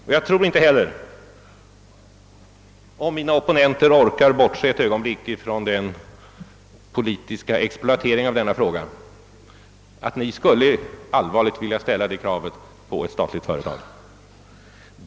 Och jag tror inte heller — om mina opponenter orkar bortse ett ögonblick från den politiska exploateringen av denna fråga — att ni skulle allvarligt vilja ställa det kravet på ett statligt företag.